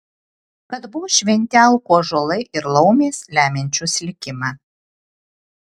kad buvo šventi alkų ąžuolai ir laumės lemiančios likimą